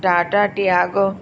Tata Tiago